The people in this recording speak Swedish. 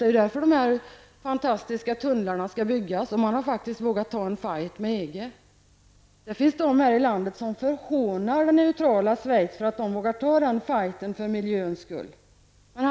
Det är därför dessa fantastiska tunnlar skall byggas. Man har faktiskt tagit en strid med EG. Det finns faktiskt här i landet de som förhånar det neutrala Schweiz för att de för miljöns skull vågar ta den striden.